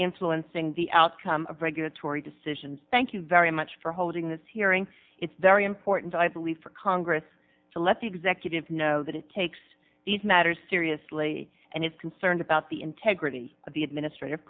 influencing the outcome of regulatory decisions thank you very much for holding this hearing it's very important i believe for congress to let the executive know that it takes these matters seriously and is concerned about the integrity of the administrative